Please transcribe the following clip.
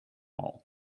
all